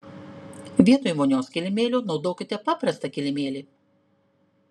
vietoj vonios kilimėlio naudokite paprastą kilimėlį